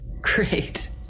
great